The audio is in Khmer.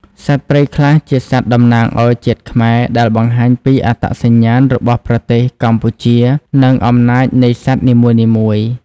សត្វព្រៃខ្លះជាសត្វតំណាងឲ្យជាតិខ្មែរដែលបង្ហាញពីអត្តសញ្ញាណរបស់ប្រទេសកម្ពុជានិងអំណាចនៃសត្វនីមួយៗ។